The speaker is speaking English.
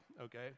okay